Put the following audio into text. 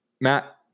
Matt